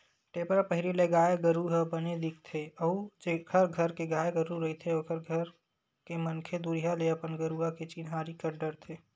टेपरा पहिरे ले गाय गरु ह बने दिखथे अउ जेखर घर के गाय गरु रहिथे ओखर घर के मनखे दुरिहा ले अपन गरुवा के चिन्हारी कर डरथे